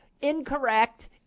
incorrect